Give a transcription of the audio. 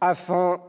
allant